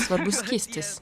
svarbus skystis